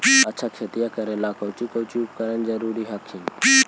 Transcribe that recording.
अच्छा खेतिया करे ला कौची कौची उपकरण जरूरी हखिन?